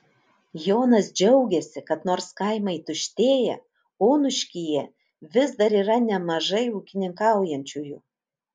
jonas džiaugiasi kad nors kaimai tuštėja onuškyje vis dar yra nemažai ūkininkaujančiųjų